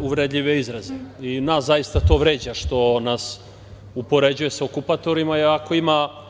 uvredljive izraze i nas zaista to vređa što nas upoređuje sa okupatorima, iako ima